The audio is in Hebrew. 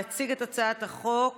יציג את הצעת החוק